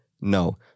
No